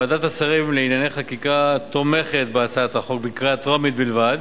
ועדת השרים לענייני חקיקה תומכת בהצעת החוק בקריאה טרומית בלבד,